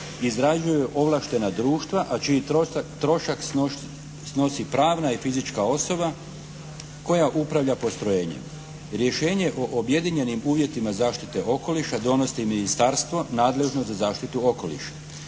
izrađuju ovlaštena društva a čiji trošak snosi parna i fizička osoba koja upravlja postrojenjem. Rješenjem o objedinjenim uvjetima zaštite okoliša donosi ministarstvo nadležno za zaštiti okoliša.